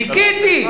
ואז חיכיתי,